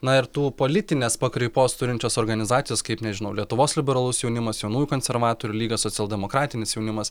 na ir tų politinės pakraipos turinčios organizacijos kaip nežinau lietuvos liberalus jaunimas jaunųjų konservatorių lyga socialdemokratinis jaunimas